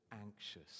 anxious